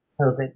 COVID